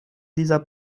dieser